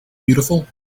beautiful